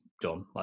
done